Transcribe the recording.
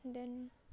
then